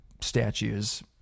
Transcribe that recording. statues